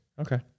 Okay